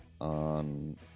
on